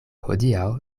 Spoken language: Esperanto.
hodiaŭ